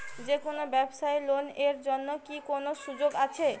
যে কোনো ব্যবসায়ী লোন এর জন্যে কি কোনো সুযোগ আসে?